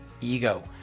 ego